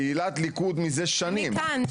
פעילת ליכוד מזה שנים --- אני כאן.